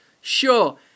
sure